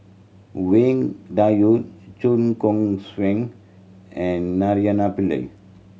Wang Dayuan Chua Koon Siong and Naraina Pillai